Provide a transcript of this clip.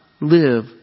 live